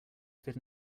fit